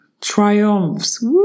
triumphs